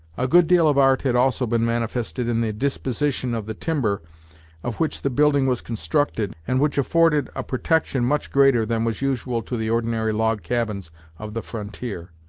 a good deal of art had also been manifested in the disposition of the timber of which the building was constructed and which afforded a protection much greater than was usual to the ordinary log-cabins of the frontier.